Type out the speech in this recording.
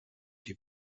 die